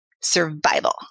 Survival